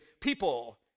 people